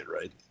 right